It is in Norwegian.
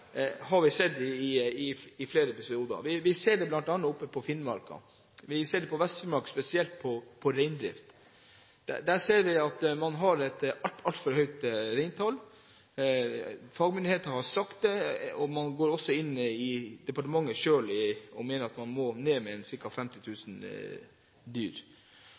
har vi sett gjennom flere episoder. Vi ser det bl.a. oppe i Finnmark. Vi ser det i Vest-Finnmark, spesielt på reindrift. Der ser vi at man har et altfor høyt reintall. Fagmyndigheter har sagt, og man går også selv inn for det i departementet, at man må redusere antallet tamrein med ca. 50 000. Vi kan også gå inn på NRK og se på episoder. For en